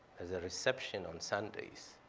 it's a reception on sundays.